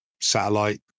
satellite